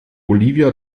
olivia